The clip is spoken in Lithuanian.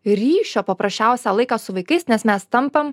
ryšio paprasčiausią laiką su vaikais nes mes tampam